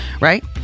right